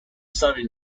saturday